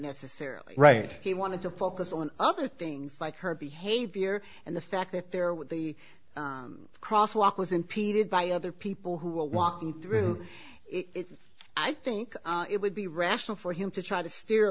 necessarily right he wanted to focus on other things like her behavior and the fact that there would be crosswalk was impeded by other people who were walking through it i think it would be rational for him to try to steer